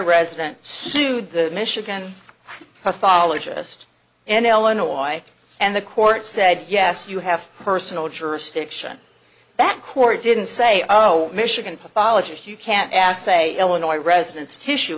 resident sued the michigan pathologist and illinois and the court said yes you have personal jurisdiction that court didn't say no michigan pathologist you can't ask say illinois residents tissue